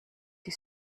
die